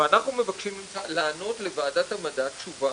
ו-ד' ואנחנו מבקשים ממך לענות לוועדת המדע תשובה